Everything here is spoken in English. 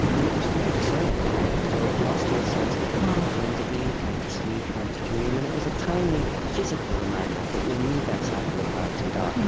and it was very disorienting. i i had lost all sense of when to eat, when to sleep, when to dream. and it was a tiny physical reminder that we need that cycle of light and